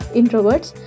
introverts